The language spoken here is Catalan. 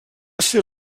ser